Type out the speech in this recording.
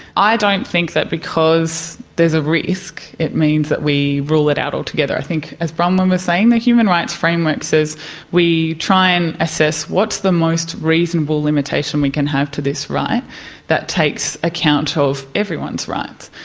i don't think that because there is a risk it means that we rule it out altogether. i think, as bronwyn was saying, the human rights framework says we try and assess what is the most reasonable limitation we can have to this right that takes account of everyone's rights.